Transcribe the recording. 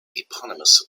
eponymous